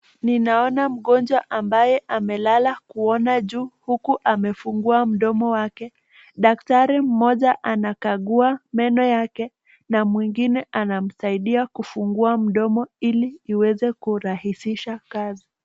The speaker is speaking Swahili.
Ninaona mgonjwa ambaye amelala kuona juu huku amefungua mdomo wake, daktari mmoja anakagua meno yake na mwengine mmoja anamsaidia kufungua mdomo ili iweze kurahisisha kazi.